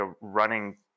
running